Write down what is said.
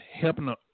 helping